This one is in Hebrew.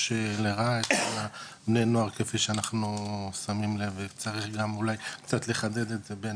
לרעה אצל בני הנוער כפי שאנחנו שמים לב וצריך גם אולי קצת לחדד את זה.